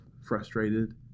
frustrated